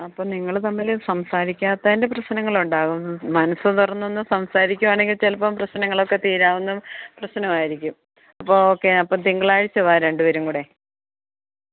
അപ്പം നിങ്ങൾ തമ്മിൽ സംസാരിക്കാത്തതിൻ്റെ പ്രശ്നങ്ങളുണ്ടാവും മനസ് തുറന്ന് ഒന്ന് സംസാരിക്കുകയാണെങ്കിൽ ചിലപ്പോൾ പ്രശ്നങ്ങളൊക്കെ തീരാവുന്ന പ്രശ്നമായിരിക്കും അപ്പോഴൊക്കെ അപ്പോൾ തിങ്കളാഴ്ച വരൂ രണ്ടു പേരും കൂടെ